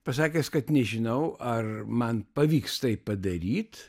pasakęs kad nežinau ar man pavyks tai padaryt